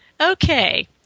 Okay